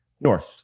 North